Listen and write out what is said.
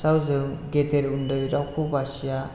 जाय जों गेदेर उन्दै रावखौबो बासिया